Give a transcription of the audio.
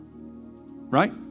right